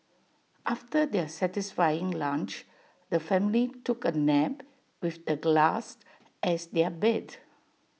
after their satisfying lunch the family took A nap with the grass as their bed